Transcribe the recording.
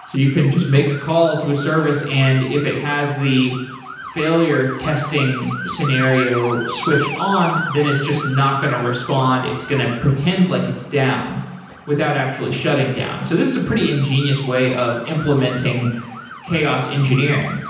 so you can just make a call to a service and if it has the failure testing scenario switch on, then it's just not going to respond. it's going to pretend like it's down without actually shutting down so this is a pretty ingenious way of implementing chaos engineering.